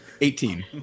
Eighteen